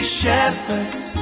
shepherds